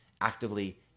actively